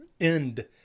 end